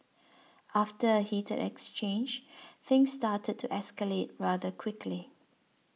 after a heated exchange things started to escalate rather quickly